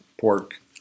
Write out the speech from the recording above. pork